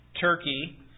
Turkey